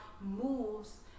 moves